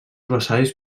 vassalls